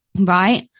right